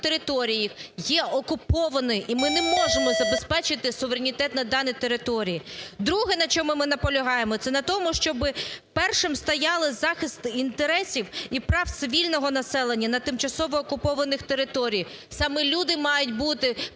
є окуповані і ми не можемо забезпечити суверенітет на даній території. Друге, на чому ми наполягаємо, це на тому, щоби першим стояли захист інтересів і прав цивільного населення на тимчасово окупованих територіях, саме люди мають бути пріоритетом